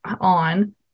on